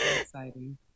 exciting